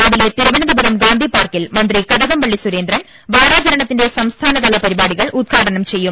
രാവിലെ തിരുവനന്തപുരം ഗാന്ധിപാർക്കിൽ മന്ത്രി കട കംപള്ളി സുരേന്ദ്രൻ വാരാചരണത്തിന്റെ സംസ്ഥാനതല പരിപാ ടികൾ ഉദ്ഘാടനം ചെയ്യും